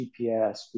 GPS